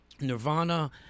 Nirvana